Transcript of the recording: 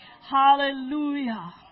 Hallelujah